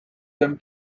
them